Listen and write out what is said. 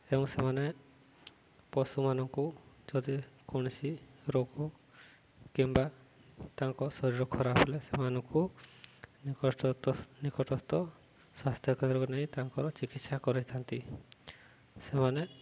ଏବଂ ସେମାନେ ପଶୁମାନଙ୍କୁ ଯଦି କୌଣସି ରୋଗ କିମ୍ବା ତାଙ୍କ ଶରୀର ଖରାପ ହେଲା ସେମାନଙ୍କୁ ନିକ ନିକଟସ୍ଥ ସ୍ୱାସ୍ଥ୍ୟ କେନ୍ଦ୍ରକୁ ନେଇ ତାଙ୍କର ଚିକିତ୍ସା କରେଇଥାନ୍ତି ସେମାନେ